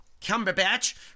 Cumberbatch